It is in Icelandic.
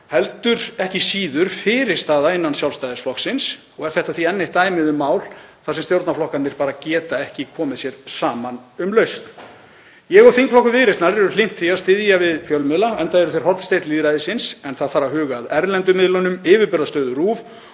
heldur ekki síður fyrirstaða innan Sjálfstæðisflokksins og er þetta því enn eitt dæmið um mál þar sem stjórnarflokkarnir geta ekki komið sér saman um lausn. Ég og þingflokkur Viðreisnar erum hlynnt því að styðja við fjölmiðla enda eru þeir hornsteinn lýðræðisins, en samhliða þarf að huga að erlendu miðlunum, yfirburðastöðu